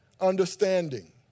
understanding